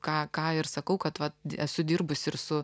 ką ką ir sakau kad va esu dirbus ir su